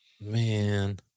Man